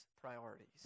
priorities